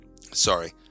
Sorry